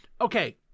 okay